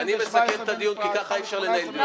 --- אני מסכם את הדיון כי ככה אי אפשר לנהל דיון.